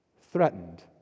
threatened